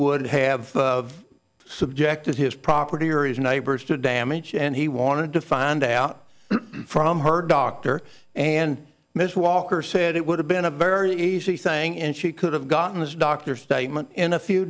would have the subject of his property or his neighbors to damage and he wanted to find out from her doctor and mr walker said it would have been a very easy saying and she could have gotten this doctor statement in a few